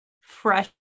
fresh